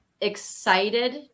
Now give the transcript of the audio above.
excited